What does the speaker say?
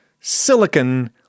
silicon